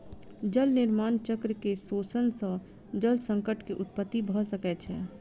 जल निर्माण चक्र के शोषण सॅ जल संकट के उत्पत्ति भ सकै छै